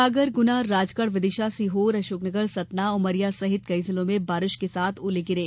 सागर गुना राजगढ़ विदिशा सीहोर अशोकनगर सतना उमरिया सहित कई जिलों में बारिश के साथ ही ओले गिरे